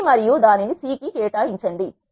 B మరియు దానిని C కి కేటాయించండి